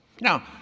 Now